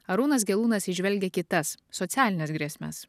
arūnas gelūnas įžvelgia kitas socialines grėsmes